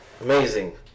Amazing